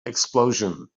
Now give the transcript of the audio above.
explosion